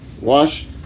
wash